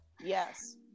Yes